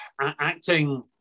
acting